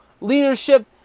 leadership